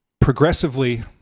progressively